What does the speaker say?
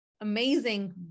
amazing